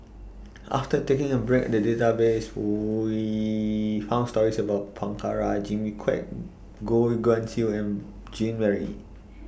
after taking A break The Database We found stories about Prabhakara Jimmy Quek Goh Guan Siew and Jean Marie